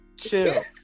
chill